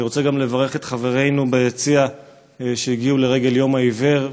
אני רוצה גם לברך את חברינו ביציע שהגיעו לרגל יום העיוור,